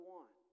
one